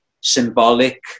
symbolic